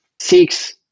six